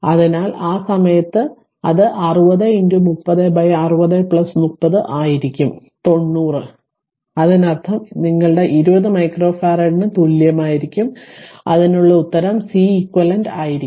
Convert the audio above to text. അതിനാൽ ആ സമയത്ത് അത് 60 30 60 30 ആയിരിക്കും 90 അതിനർത്ഥം ഇത് നിങ്ങളുടെ 20 മൈക്രോഫറാഡിന് തുല്യമായിരിക്കും അതിനുള്ള ഉത്തരം Ceq ആയിരിക്കും